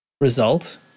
result